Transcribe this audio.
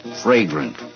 Fragrant